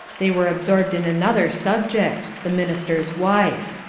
they were absorbed in another subject the minister's wife.